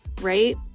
right